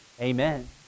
amen